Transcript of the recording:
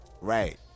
Right